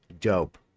dope